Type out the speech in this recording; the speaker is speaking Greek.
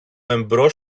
εμπρός